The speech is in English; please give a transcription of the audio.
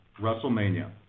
WrestleMania